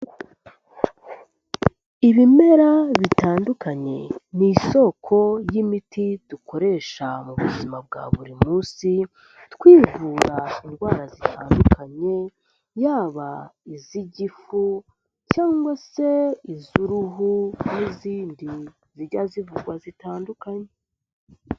Ibimera bitandukanye ni isoko y'imiti dukoresha mu buzima bwa buri munsi, twivura indwara zitandukanye, yaba iz'igifu cyangwa se iz'uruhu, n'izindi zijya zivugwa zitandukanye.